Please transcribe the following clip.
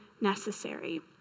necessary